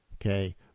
Okay